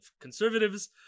conservatives